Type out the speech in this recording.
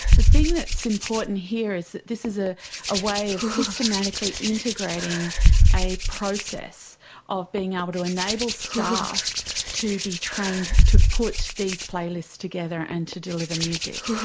the thing important here is that this is ah a way of systematically integrating a process of being able to enable staff to be trained to put these playlists together and to deliver music.